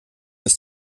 ist